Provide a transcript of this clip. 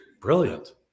Brilliant